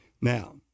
Now